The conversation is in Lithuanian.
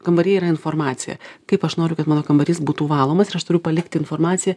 kambary yra informacija kaip aš noriu kad mano kambarys būtų valomas ir aš turiu palikti informaciją